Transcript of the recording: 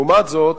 לעומת זאת,